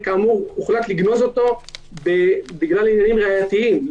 הוחלט לגנוז את התיק הזה בגלל עניין ראייתיים,